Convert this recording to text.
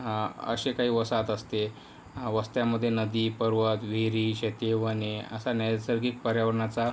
असे काही वसाहत असते वस्त्यांमध्ये नदी पर्वत विहिरी शेती वने असा नैसर्गिक पर्यावरणाचा